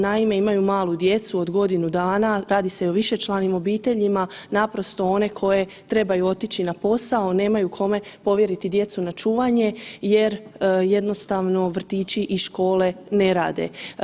Naime, imaju malu djecu od godinu dana radi se o višečlanim obiteljima, naprosto one koje trebaju otići na posao, a nemaju kome povjeriti djecu na čuvanje jer jednostavno vrtići i škole ne rade.